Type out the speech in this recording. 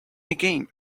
again